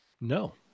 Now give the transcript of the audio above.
No